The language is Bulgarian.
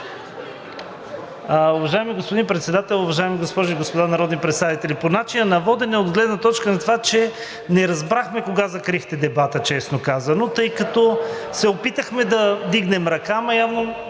Уважаеми господин Председател, уважаеми госпожи и господа народни представители! По начина на водене от гледна точка на това, че не разбрахме кога закрихте дебата, тъй като, честно казано, се опитахме да вдигнем ръка, но явно